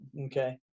Okay